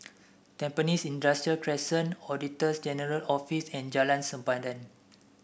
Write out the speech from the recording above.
Tampines Industrial Crescent Auditor General's Office and Jalan Sempadan